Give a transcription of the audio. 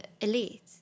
elite